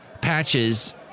patches